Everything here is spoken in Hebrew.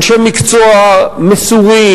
אנשי מקצוע מסורים,